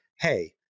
hey